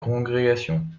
congrégation